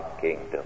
kingdom